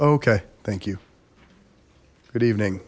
okay thank you good evening